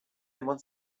eman